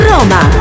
Roma